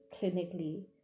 clinically